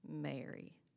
Mary